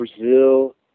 Brazil